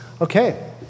okay